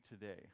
today